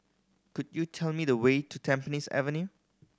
could you tell me the way to Tampines Avenue